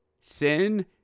sin